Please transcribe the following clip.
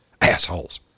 Assholes